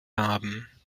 haben